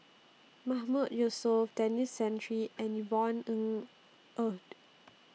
Mahmood Yusof Denis Santry and Yvonne Ng Uhde